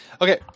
Okay